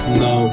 no